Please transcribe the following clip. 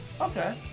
Okay